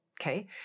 Okay